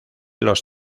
los